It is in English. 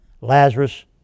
Lazarus